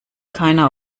keiner